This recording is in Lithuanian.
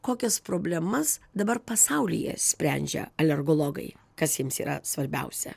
kokias problemas dabar pasaulyje sprendžia alergologai kas jiems yra svarbiausia